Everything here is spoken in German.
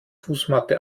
fußmatte